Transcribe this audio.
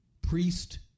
priest